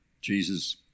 jesus